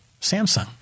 Samsung